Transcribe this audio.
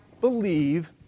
believe